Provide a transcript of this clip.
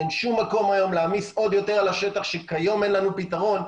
אין שום מקום היום להעמיס עוד יותר על השטח שכיום אין לנו פתרון,